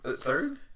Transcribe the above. Third